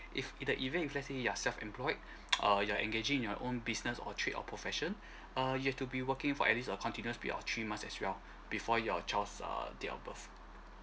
if it the event if let's say your self employed uh you're engaging your own business or of profession err you have to be working for at least a continuous period of three months as well before your child err date of birth